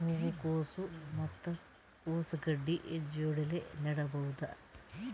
ಹೂ ಕೊಸು ಮತ್ ಕೊಸ ಗಡ್ಡಿ ಜೋಡಿಲ್ಲೆ ನೇಡಬಹ್ದ?